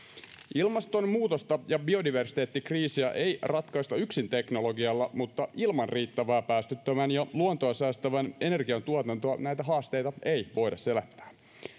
ilmastonmuutosta ja biodiversiteettikriisiä ei ratkaista yksin teknologialla mutta ilman riittävää päästöttömän ja luontoa säästävän energian tuotantoa näitä haasteita ei voida selättää